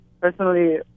personally